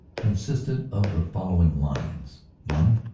consisted of the follo ving lines one.